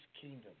kingdom